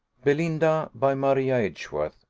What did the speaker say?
belinda. by maria edgeworth.